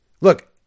look